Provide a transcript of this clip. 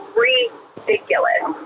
ridiculous